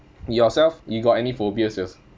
yourself you got any phobias yours